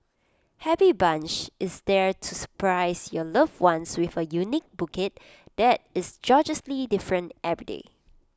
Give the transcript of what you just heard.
happy bunch is there to surprise your loved one with A unique bouquet that is gorgeously different every day